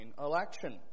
election